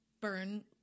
burn